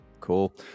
cool